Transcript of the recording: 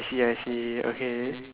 I see I see okay